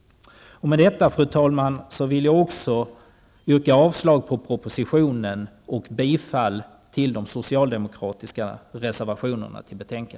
Med detta, fru talman, vill jag yrka avslag på propositionen och bifall till de socialdemokratiska reservationerna.